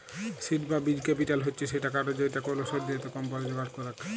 seed বা বীজ capital হচ্ছ সে টাকাটা যেইটা কোলো সদ্যজাত কম্পানি জোগাড় করেক